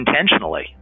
intentionally